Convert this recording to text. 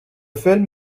film